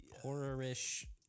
Horror-ish